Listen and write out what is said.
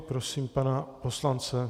Prosím pana poslance.